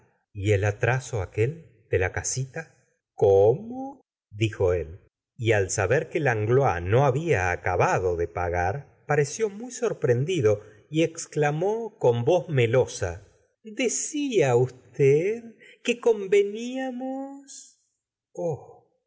y el atraso aquel de la casita cómo dijo él y al saber que langlois no habia acabado de pagar pareció muy sorprendido y exclamó con voz melosa decia usted que conveníamos